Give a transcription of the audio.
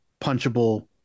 punchable